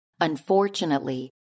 Unfortunately